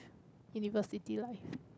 university life